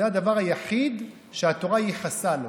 זה הדבר היחיד שהתורה ייחסה לו.